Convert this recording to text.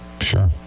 Sure